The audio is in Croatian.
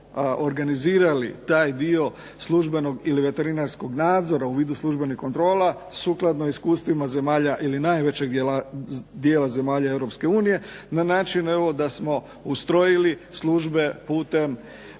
da smo evo organizirali taj dio službenog ili veterinarskog nadzora u vidu službenih kontrola, sukladno iskustvima zemalja ili najvećeg dijela zemalja Europske unije, na način evo da smo ustrojili službe putem